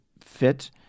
fit